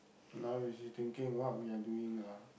now you just thinking what we are doing lah